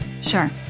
sure